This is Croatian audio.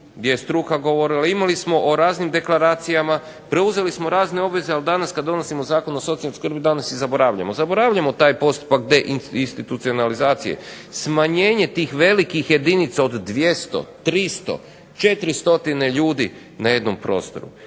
gdje je struka govorila, imali smo o raznim deklaracijama, preuzeli smo razne obveze, ali danas kad donosimo Zakon o socijalnoj skrbi danas je zaboravljamo. Zaboravljamo taj postupak deinstitucionalizacije. Smanjenje tih velikih jedinica od 200, 300, 400 ljudi na jednom prostoru.